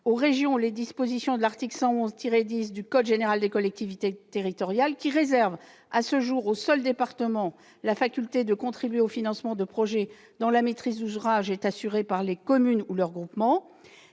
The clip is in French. aux régions les dispositions de l'article L.1111-10 du code général des collectivités territoriales, qui réserve à ce jour aux seuls départements la faculté de contribuer au financement de projets dont la maîtrise d'ouvrage est assurée par les communes ou leurs groupements.